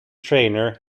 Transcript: trainer